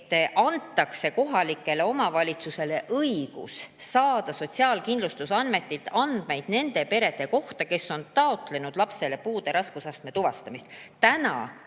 et kohalikele omavalitsustele antakse õigus saada Sotsiaalkindlustusametilt andmeid nende perede kohta, kes on taotlenud lapse puude raskusastme tuvastamist. Praegu